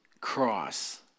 cross